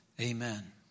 amen